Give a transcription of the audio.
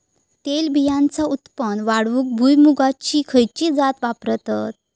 तेलबियांचा उत्पन्न वाढवूक भुईमूगाची खयची जात वापरतत?